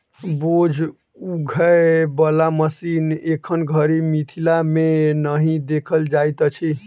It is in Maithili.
बोझ उघै बला मशीन एखन धरि मिथिला मे नहि देखल जाइत अछि